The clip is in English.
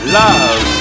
love